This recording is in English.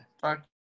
Fuck